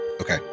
Okay